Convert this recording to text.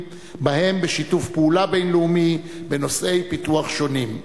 ובהם שיתוף פעולה בין-לאומי בנושאי פיתוח שונים.